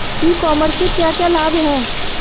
ई commerce से क्या क्या लाभ हैं?